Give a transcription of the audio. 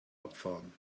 abfahren